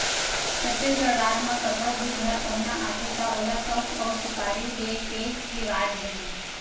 छत्तीसगढ़ राज म कखरो भी घर पहुना आथे त ओला सउफ अउ सुपारी दे के रिवाज हे